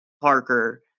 Parker